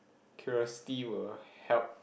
curiosity will help